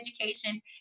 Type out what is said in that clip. education